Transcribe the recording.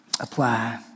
apply